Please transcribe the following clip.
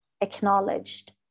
acknowledged